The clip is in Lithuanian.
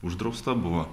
uždrausta buvo